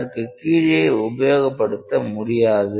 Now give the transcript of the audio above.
அதற்கு கீழே உபயோகப்படுத்த முடியாது